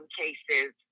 cases